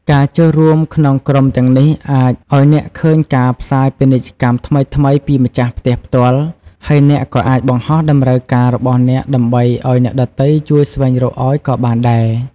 ការចូលរួមក្នុងក្រុមទាំងនេះអាចឱ្យអ្នកឃើញការផ្សាយពាណិជ្ជកម្មថ្មីៗពីម្ចាស់ផ្ទះផ្ទាល់ ហើយអ្នកក៏អាចបង្ហោះតម្រូវការរបស់អ្នកដើម្បីឱ្យអ្នកដទៃជួយស្វែងរកអោយក៏បានដែរ។